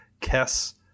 Kess